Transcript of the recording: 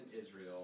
Israel